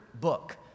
book